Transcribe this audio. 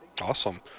Awesome